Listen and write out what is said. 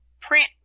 print